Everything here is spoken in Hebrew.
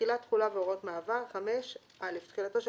תחילה תחולה והוראות מעבר 5. (א) תחילתו של